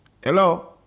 Hello